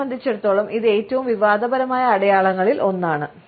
എന്നെ സംബന്ധിച്ചിടത്തോളം ഇത് ഏറ്റവും വിവാദപരമായ അടയാളങ്ങളിൽ ഒന്നാണ്